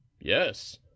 yes